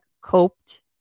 coped